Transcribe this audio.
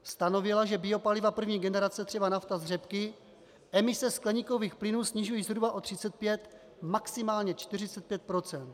Stanovila, že biopaliva první generace, třeba nafta z řepky, emise skleníkových plynů snižují zhruba o 35, maximálně 45 procent.